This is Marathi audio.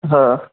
हां